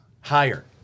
Higher